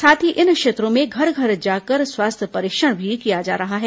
साथ ही इन क्षेत्रों में घर घर जाकर स्वास्थ्य परीक्षण किया जा रहा है